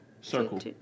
circle